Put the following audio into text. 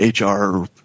HR